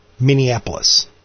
Minneapolis